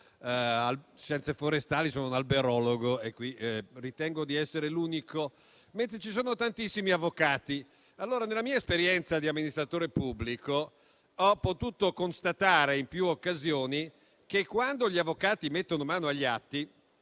Scienze forestali, sono un alberologo e qui ritengo di essere l'unico, mentre ci sono tantissimi avvocati. Nella mia esperienza di amministratore pubblico, io ho potuto constatare in più occasioni che, quando gli avvocati mettono mano agli atti,